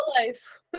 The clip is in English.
life